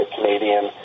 Canadian